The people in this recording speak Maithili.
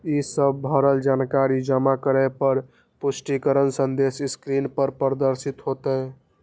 ई सब भरल जानकारी जमा करै पर पुष्टिकरण संदेश स्क्रीन पर प्रदर्शित होयत